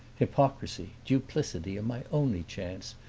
hypocrisy, duplicity are my only chance.